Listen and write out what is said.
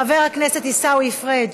חבר הכנסת עיסאווי פריג'